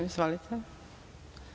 Izvolite.